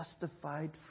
justified